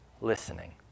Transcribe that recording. listening